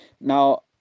now